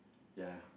ya